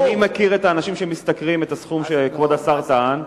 אינני מכיר את האנשים שמשתכרים את הסכום שכבוד השר טען.